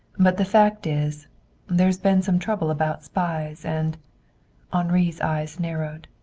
but the fact is there's been some trouble about spies, and henri's eyes narrowed.